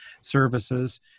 services